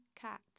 cat